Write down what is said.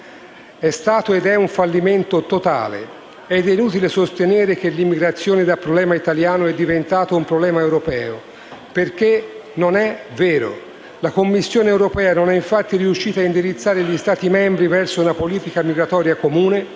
è stato ed è un fallimento totale ed è inutile sostenere che l'immigrazione da problema italiano è diventato un problema europeo, perché non è vero. La Commissione europea non è infatti riuscita a indirizzare gli Stati membri verso una politica migratoria comune,